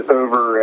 over